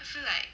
I feel like